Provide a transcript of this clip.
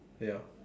ya